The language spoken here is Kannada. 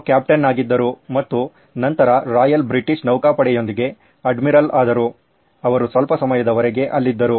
ಅವರು ಕ್ಯಾಪ್ಟನ್ನಾಗಿದ್ದರು ಮತ್ತು ನಂತರ ರಾಯಲ್ ಬ್ರಿಟಿಷ್ ನೌಕಾಪಡೆಯೊಂದಿಗೆ ಅಡ್ಮಿರಲ್ ಆದರು ಅವರು ಸ್ವಲ್ಪ ಸಮಯದವರೆಗೆ ಅಲ್ಲಿದ್ದರು